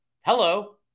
Hello